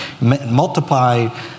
multiply